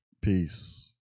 Peace